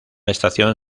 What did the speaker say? estación